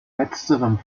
letzterem